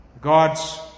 God's